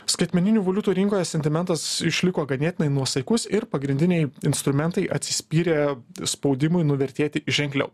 skaitmeninių valiutų rinkoje sentimentas išliko ganėtinai nuosaikus ir pagrindiniai instrumentai atsispyrė spaudimui nuvertėti ženkliau